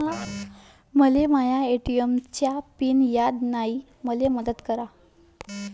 मले माया ए.टी.एम चा पिन याद नायी, मले मदत करा